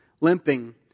limping